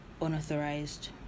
unauthorized